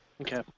Okay